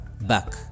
back